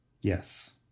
Yes